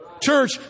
Church